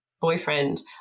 boyfriend